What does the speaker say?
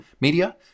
media